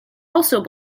also